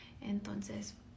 Entonces